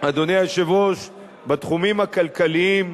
אדוני היושב-ראש, בתחומים הכלכליים,